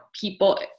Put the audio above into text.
people